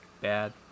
bad